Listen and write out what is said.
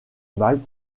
malte